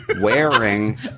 wearing